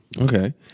Okay